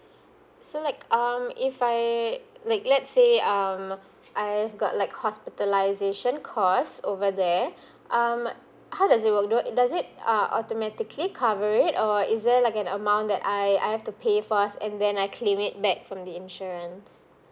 so like um if I like let's say um I've got like hospitalization cost over there um how does it work do it does it err automatically cover it or is there like an amount that I I have to pay first and then I claim it back from the insurance